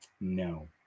No